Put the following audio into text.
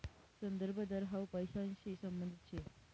संदर्भ दर हाउ पैसांशी संबंधित शे